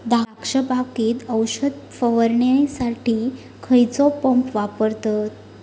द्राक्ष बागेत औषध फवारणीसाठी खैयचो पंप वापरतत?